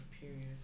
period